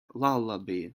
lullaby